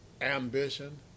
ambition